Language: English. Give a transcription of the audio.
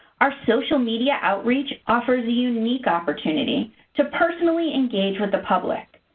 our social media outreach offers a unique opportunity to personally engage with the public.